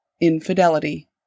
Infidelity